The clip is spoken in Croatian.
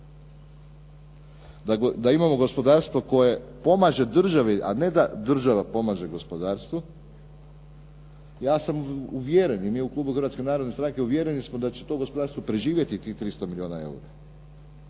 da imamo gospodarstvo koje pomaže državi, a ne da država pomaže gospodarstvu. Ja sam uvjeren i mi u klubu Hrvatske narodne stranke uvjereni smo da će to gospodarstvo preživjeti tih 300 milijuna eura.